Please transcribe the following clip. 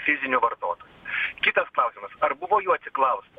fizinių vartotojų kitas klausimas ar buvo jų atsiklausta